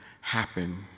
happen